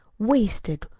wasted,